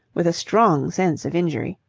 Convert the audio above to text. with a strong sense of injury,